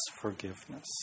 forgiveness